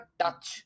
touch